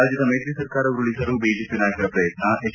ರಾಜ್ಜದ ಮೈತ್ರಿ ಸರ್ಕಾರ ಉರುಳಿಸಲು ಬಿಜೆಪಿ ನಾಯಕರ ಪ್ರಯತ್ನ ಎಚ್